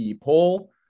poll